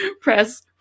press